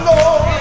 Lord